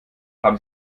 haben